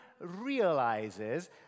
realizes